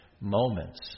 moments